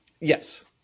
Yes